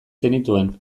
zenituen